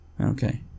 Okay